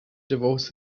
divorce